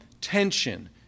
tension